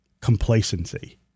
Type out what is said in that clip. complacency